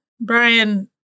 Brian